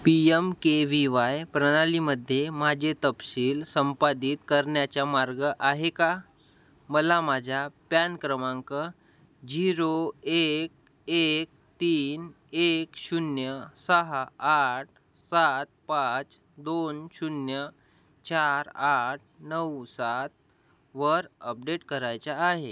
P M K V Y प्रणालीमध्ये माझे तपशील संपादित करण्याचा मार्ग आहे का मला माझ्या पॅन क्रमांक झिरो एक एक तीन एक शून्य सहा आठ सात पाच दोन शून्य चार आठ नऊ सात वर अपडेट करायचा आहे